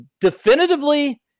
definitively